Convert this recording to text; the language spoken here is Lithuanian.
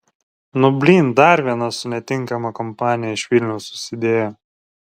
nu blyn dar vienas su netinkama kompanija iš vilniaus susidėjo